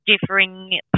Differing